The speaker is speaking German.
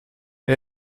der